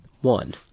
One